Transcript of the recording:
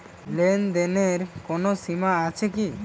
লেনদেনের কোনো সীমা আছে কি?